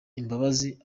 imbabazi